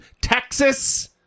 Texas